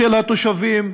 של תושבים,